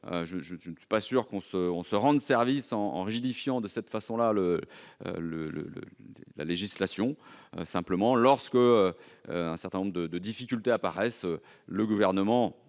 Je ne suis pas sûr que l'on se rendre service en rigidifiant de cette façon la législation. Lorsqu'un certain nombre de difficultés apparaîtront, le Gouvernement